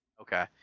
Okay